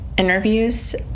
interviews